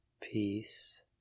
peace